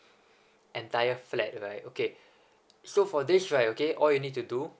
entire flat right okay so for this right okay all you need to do